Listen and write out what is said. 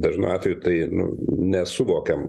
dažnu atveju tai nu nesuvokiam